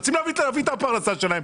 יוצאים להביא את הפרנסה שלהם,